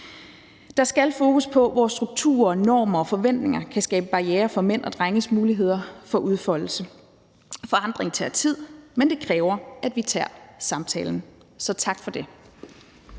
Der skal fokus på, hvor strukturer, normer og forventninger kan skabe barrierer for mænd og drenges muligheder for udfoldelse. Forandring tager tid, men det kræver, at vi tager samtalen. Så tak for det.